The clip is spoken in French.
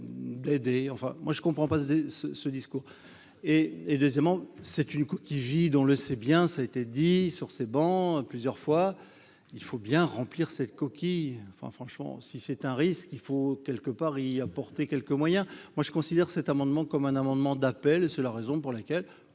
d'aider enfin moi je ne comprends pas ce ce ce discours et deuxièmement c'est une coquille vide, on le sait bien, ça a été dit sur ces bancs, plusieurs fois, il faut bien remplir cette coquille enfin franchement, si c'est un risque, il faut quelque part il y a porté quelques moyens, moi je considère cet amendement comme un amendement d'appel, c'est la raison pour laquelle,